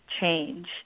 change